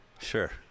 sure